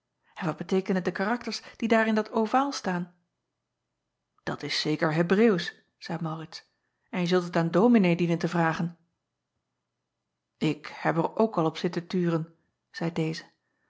n wat beteekenen de karakters die daar in dat ovaal staan at is zeker ebreeuwsch zeî aurits en je zult het aan ominee dienen te vragen k heb er al op zitten turen zeî deze